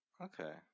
Okay